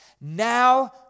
Now